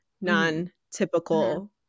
non-typical